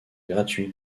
gratuit